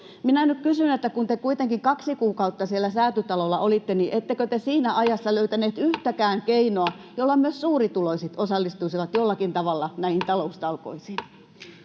Minä nyt kysyn, että kun te kuitenkin kaksi kuukautta siellä Säätytalolla olitte, niin ettekö te siinä ajassa löytäneet yhtäkään keinoa, jolla myös suurituloiset osallistuisivat jollakin tavalla näihin taloustalkoisiin?